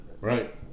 right